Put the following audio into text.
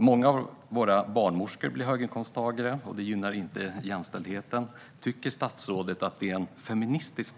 Många av våra barnmorskor blir höginkomsttagare. Det gynnar inte jämställdheten. Tycker statsrådet att det är en feministisk